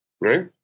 right